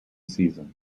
season